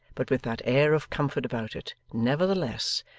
but with that air of comfort about it, nevertheless,